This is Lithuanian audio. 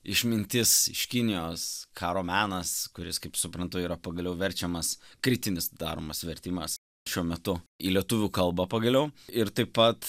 išmintis iš kinijos karo menas kuris kaip suprantu yra pagaliau verčiamas kritinis daromas vertimas šiuo metu į lietuvių kalbą pagaliau ir taip pat